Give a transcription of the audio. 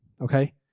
Okay